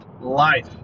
Life